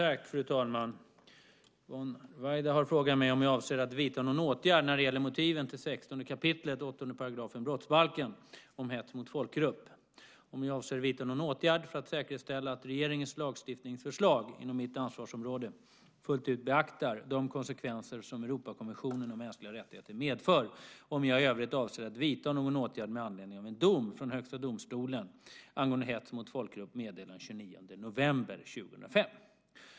Fru talman! Yvonne Ruwaida har frågat mig om jag avser att vidta någon åtgärd när det gäller motiven till 16 kap. 8 § brottsbalken om hets mot folkgrupp, om jag avser att vidta någon åtgärd för att säkerställa att regeringens lagstiftningsförslag, inom mitt ansvarsområde, fullt ut beaktar de konsekvenser som Europakonventionen om mänskliga rättigheter medför och om jag i övrigt avser att vidta någon åtgärd med anledning av en dom från Högsta domstolen angående hets mot folkgrupp meddelad den 29 november 2005.